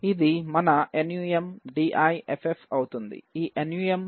ఇది మన numDiff అవుతుంది